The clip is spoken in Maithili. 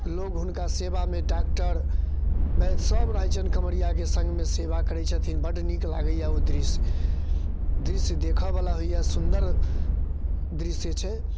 लोक हुनका सेवामे डाक्टर वैद्यसभ रहैत छन्हि काँवरियाके सङ्घमे सेवा करैत छथिन बड्ड नीक लागैए ओ दृश्य दृश्य देखयवला होइए सुन्दर दृश्य छै